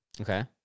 Okay